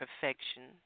perfection